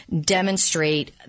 demonstrate